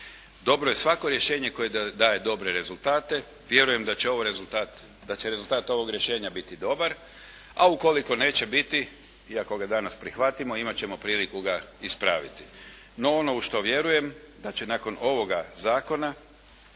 Dobro je svako rješenje koje daje dobre rezultate. Vjerujem da će rezultat ovog rješenja biti dobar, a ukoliko neće biti i ako ga danas prihvatimo imat ćemo priliku ga ispraviti. No, ono u što vjerujem da će nakon ovoga zakona